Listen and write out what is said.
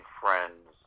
friends